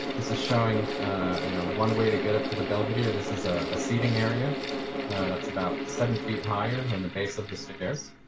is showing you know one way to get up to the belvedere. this is a seating area that's about seven feet higher than the base of the stairs.